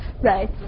Right